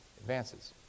advances